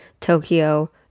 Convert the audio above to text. Tokyo